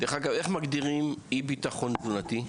דרך אגב, איך מגדירים אי ביטחון תזונתי?